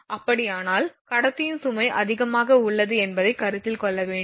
அப்படியானால் கடத்தியின் சுமை அதிகமாக உள்ளது என்பதையும் கருத்தில் கொள்ள வேண்டும்